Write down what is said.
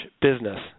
business